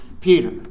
Peter